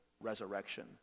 resurrection